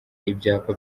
ibyapa